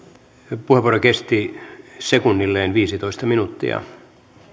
puheenvuoro kesti sekunnilleen viisitoista minuuttia